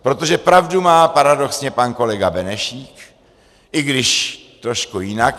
Protože pravdu má paradoxně pan kolega Benešík, i když trošku jinak.